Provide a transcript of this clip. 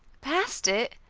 passed it!